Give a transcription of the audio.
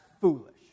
foolish